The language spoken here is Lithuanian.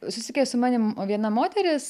susiekė su manimi viena moteris